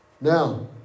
Now